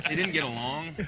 didn't get along.